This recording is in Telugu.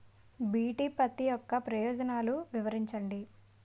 బి.టి పత్తి యొక్క ప్రయోజనాలను వివరించండి?